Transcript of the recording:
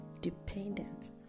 dependent